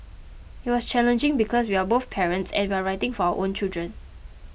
it was challenging because we are both parents and we're writing for our own children